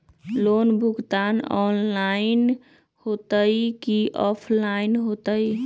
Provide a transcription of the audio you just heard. Loan भुगतान online होतई कि ऑफलाइन होतई?